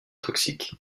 toxique